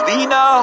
Lena